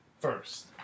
first